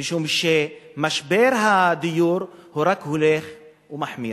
משום שמשבר הדיור רק הולך ומחמיר.